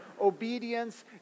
obedience